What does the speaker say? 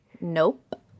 nope